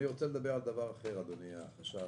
אני רוצה לדבר על דבר אחר, אדוני החשב.